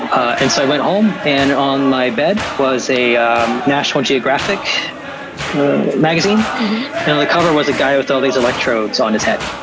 and so i went home, and on my bed was a um national geographic magazine, and on the cover was a guy with all these electrodes on his head.